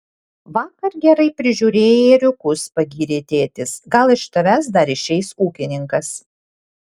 vakar gerai prižiūrėjai ėriukus pagyrė tėtis gal iš tavęs dar išeis ūkininkas